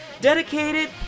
Dedicated